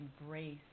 embrace